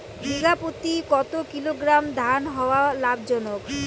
বিঘা প্রতি কতো কিলোগ্রাম ধান হওয়া লাভজনক?